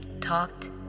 talked